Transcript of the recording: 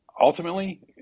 ultimately